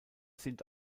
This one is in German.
sind